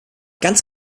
ganz